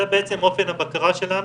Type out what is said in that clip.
זה בעצם אופן הבקרה שלנו,